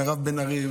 מירב בן ארי,